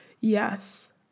Yes